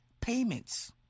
payments